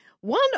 One